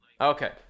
Okay